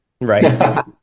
Right